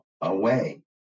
away